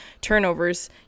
turnovers